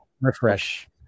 Refresh